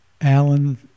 alan